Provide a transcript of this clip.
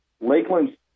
Lakeland